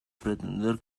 pretender